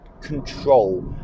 control